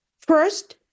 First